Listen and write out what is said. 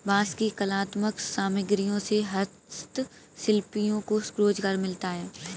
बाँस की कलात्मक सामग्रियों से हस्तशिल्पियों को रोजगार मिलता है